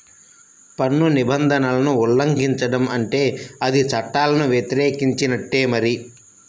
పన్ను నిబంధనలను ఉల్లంఘించడం అంటే అది చట్టాలను వ్యతిరేకించినట్టే మరి